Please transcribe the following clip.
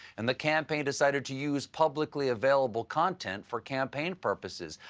and the campaign decided to use publicly available content for campaign purposes.